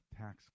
tax